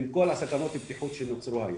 עם כל הסכנות בטיחות שנוצרו היום,